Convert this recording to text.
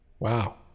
Wow